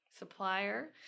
supplier